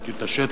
ותתעשת,